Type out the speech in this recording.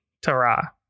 Tara